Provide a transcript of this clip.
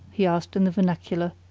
he asked in the vernacular.